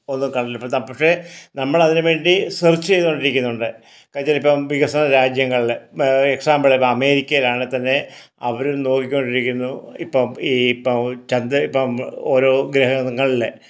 ഒന്നും കണ്ടിട്ടില്ല പക്ഷെ നമ്മളതിനു വേണ്ടി സേർച്ച് ചെയ്തുകൊണ്ടിരിക്കുന്നുണ്ട് കാര്യമെന്തെന്ന് വെച്ചാൽ ഇപ്പം വികസന രാജ്യങ്ങളില് എക്സാമ്പിൾ ഇപ്പോൾ അമേരിക്കയിലാണെങ്കിൽ തന്നെ അവരും നോക്കിക്കൊണ്ടിരിക്കുന്നു ഇപ്പോൾ ഈ ഇപ്പോൾ ചന്ദ്രനിൽ ഇപ്പം ഓരോ ഗ്രഹങ്ങളിലെ